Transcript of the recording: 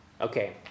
Okay